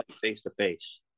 face-to-face